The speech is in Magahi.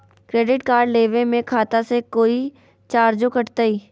क्रेडिट कार्ड लेवे में खाता से कोई चार्जो कटतई?